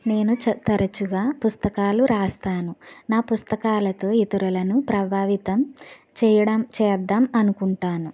నేను తరచుగా పుస్తకాలు రాస్తాను నా పుస్తకాలతో ఇతరులను ప్రభావితం చేయడం చేద్దాం అనుకుంటాను